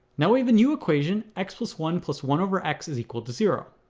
now we have a new equation x plus one plus one over x is equal to zero